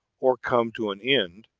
or come to an end,